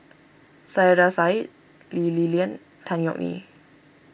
Saiedah Said Lee Li Lian Tan Yeok Nee